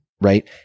right